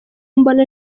mbona